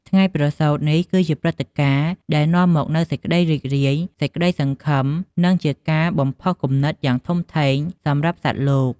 ថ្ងៃប្រសូតនេះ គឺជាព្រឹត្តិការណ៍ដែលនាំមកនូវសេចក្ដីរីករាយ សេចក្តីសង្ឃឹម និងជាការបំផុសគំនិតយ៉ាងធំធេងសម្រាប់សត្វលោក។